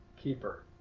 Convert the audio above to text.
keeper